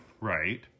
Right